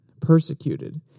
persecuted